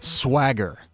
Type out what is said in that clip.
swagger